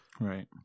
Right